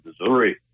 Missouri